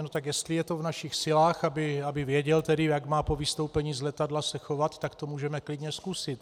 No tak jestli je to v našich silách, aby věděl, jak se má po vystoupení z letadla chovat, tak to můžeme klidně zkusit.